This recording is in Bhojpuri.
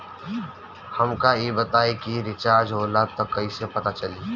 हमका ई बताई कि रिचार्ज होला त कईसे पता चली?